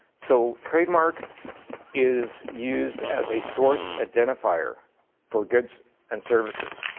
so, trademark is used as a source identifier for goods and services.